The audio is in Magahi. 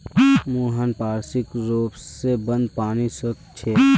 मुहाना पार्श्विक र्रोप से बंद पानीर श्रोत छे